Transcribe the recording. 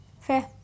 Fair